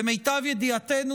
למיטב ידיעתנו,